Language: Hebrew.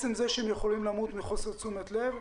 יכולים למות מחוסר תשומת לב.